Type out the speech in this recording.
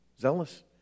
Zealous